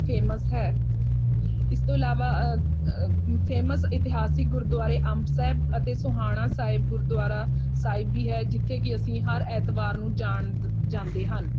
famous ਹੈ ਇਸ ਤੋਂ ਇਲਾਵਾ ਫੇਮਸ ਇਤਿਹਾਸਿਕ ਗੁਰਦੁਆਰੇ ਅੰਬ ਸਾਹਿਬ ਅਤੇ ਸੋਹਾਣਾ ਸਾਹਿਬ ਗੁਰਦੁਆਰਾ ਸਾਹਿਬ ਵੀ ਹੈ ਜਿੱਥੇ ਕਿ ਅਸੀਂ ਹਰ ਐਤਵਾਰ ਨੂੰ ਜਾਣ ਦ ਜਾਂਦੇ ਹਨ